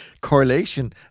correlation